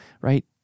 right